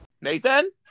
Nathan